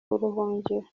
ubuhungiro